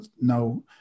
no